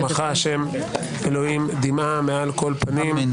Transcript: ומחה ה' אלוהים דמעה מעל כל-פנים".